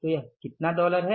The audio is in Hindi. तो यह कितना डॉलर है